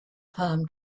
palm